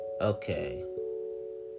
okay